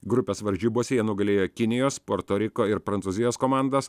grupės varžybose jie nugalėjo kinijos porto riko ir prancūzijos komandas